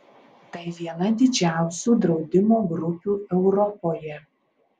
tai viena didžiausių draudimo grupių europoje